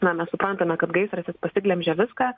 na mes suprantame kad gaisras jis pasiglemžia viską